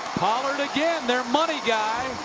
pollard again, their money guy.